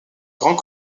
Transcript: grands